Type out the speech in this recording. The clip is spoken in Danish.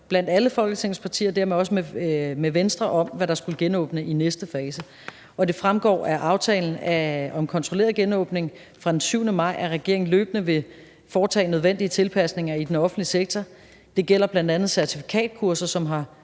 partier og dermed også med Venstre om, hvad der skulle genåbne i næste fase. Det fremgår af aftalen om kontrolleret genåbning fra den 7. maj, at regeringen løbende vil foretage nødvendige tilpasninger i den offentlige sektor. Det gælder bl.a. certifikatkurser, som har